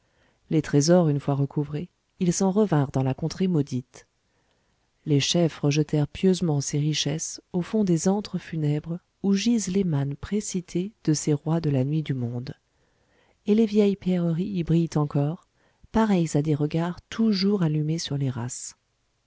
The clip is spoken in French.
les trésors une fois recouvrés ils s'en revinrent dans la contrée maudite les chefs rejetèrent pieusement ces richesses au fond des antres funèbres où gisent les mânes précités de ces rois de la nuit du monde et les vieilles pierreries y brillent encore pareilles à des regards toujours allumés sur les races